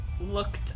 looked